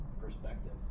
perspective